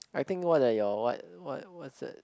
I think what are you what what's it